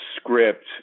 script